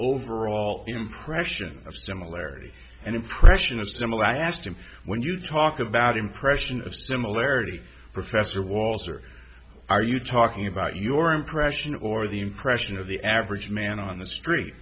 overall impression of similarity and impression is similar i asked him when you talk about impression of similarity professor waltzer are you talking about your impression or the impression of the average man on the street